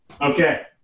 Okay